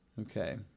Okay